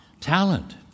Talent